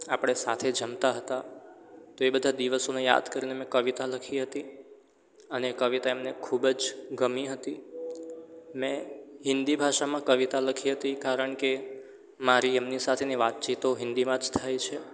આપણે સાથે જમતા હતા તો એ બધા દિવસોને યાદ કરીને મેં કવિતા લખી હતી અને એ કવિતા એમને ખૂબ જ ગમી હતી ને હિન્દી ભાષામાં કવિતા લખી હતી કારણ કે મારી એમની સાથેની વાતચીતો હિન્દીમાં જ થાય છે